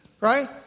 right